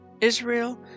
Israel